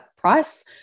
price